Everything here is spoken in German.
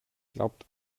glaubt